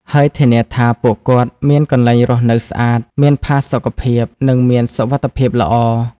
ហើយធានាថាពួកគាត់មានកន្លែងរស់នៅស្អាត មានផាសុកភាព និងមានសុវត្ថិភាពល្អ។